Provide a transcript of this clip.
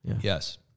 Yes